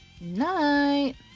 Night